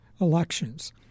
elections